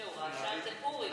זהו, רעשן זה פורים.